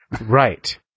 Right